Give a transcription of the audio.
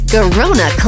Corona